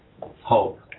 hope